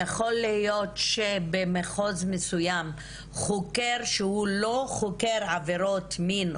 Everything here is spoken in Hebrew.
יכול להיות שבמחוז מסוים חוקר שהוא לא חוקר עבירות מין,